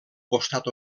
costat